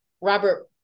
robert